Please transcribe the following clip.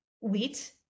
wheat